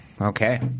Okay